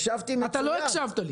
הקשבתי מצוין.